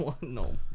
no